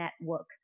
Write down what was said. network